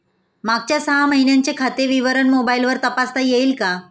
मागच्या सहा महिन्यांचे खाते विवरण मोबाइलवर तपासता येईल का?